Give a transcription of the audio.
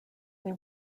they